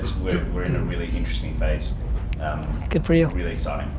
we're in a really interesting phase good for you. really exciting,